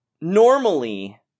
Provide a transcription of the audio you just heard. normally